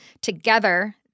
together